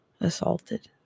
assaulted